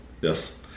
Yes